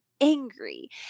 angry